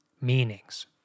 meanings